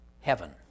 heaven